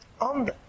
on